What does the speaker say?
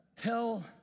tell